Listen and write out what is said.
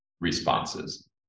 responses